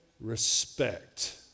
respect